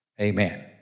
amen